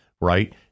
right